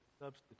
substitute